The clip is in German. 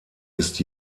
ist